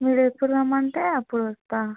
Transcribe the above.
మీరు ఎప్పుడు రమ్మంటే అప్పుడు వస్తాను